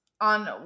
on